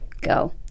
Go